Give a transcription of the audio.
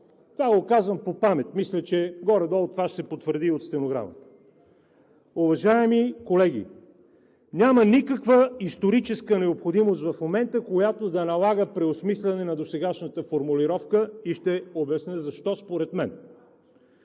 Това го казвам по памет, мисля, че горе-долу това ще се потвърди и от стенограмата. Уважаеми колеги, няма никаква историческа необходимост в момента, която да налага преосмисляне на досегашната формулировка, и ще обясня според мен